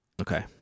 Okay